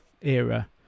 era